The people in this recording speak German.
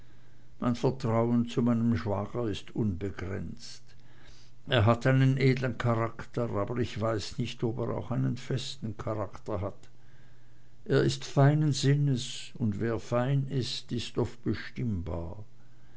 mein vertrauen zu meinem schwager ist unbegrenzt er hat einen edeln charakter aber ich weiß nicht ob er auch einen festen charakter hat er ist feinen sinnes und wer fein ist ist oft bestimmbar